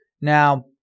Now